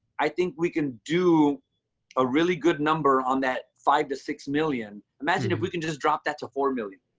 i think we can do a really good number on that five to six million. imagine if we can just drop that to four million.